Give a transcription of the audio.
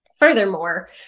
Furthermore